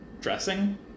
dressing